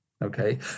okay